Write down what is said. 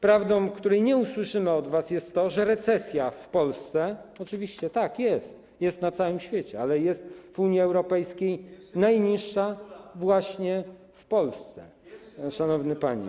Prawdą, której nie usłyszymy do was, jest to, że recesja w Polsce oczywiście jest, jest na całym świecie, ale w Unii Europejskiej jest najniższa właśnie w Polsce, szanowny panie.